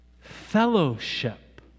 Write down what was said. fellowship